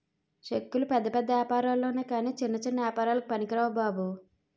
చెక్కులు పెద్ద పెద్ద ఏపారాల్లొనె కాని చిన్న చిన్న ఏపారాలకి పనికిరావు బాబు